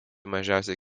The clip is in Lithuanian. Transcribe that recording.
mažiausiai